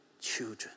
children